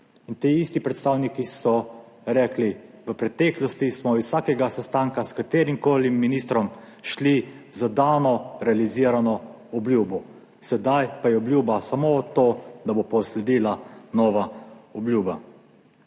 in ti isti predstavniki so rekli, v preteklosti smo iz vsakega sestanka s katerimkoli ministrom šli z dano realizirano obljubo, sedaj pa je obljuba samo to, da bo sledila nova obljuba.